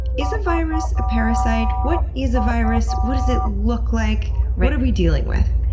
is a virus a parasite? what is a virus, what does it look like, what are we dealing with?